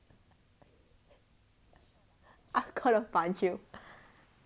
I'm gonna punch you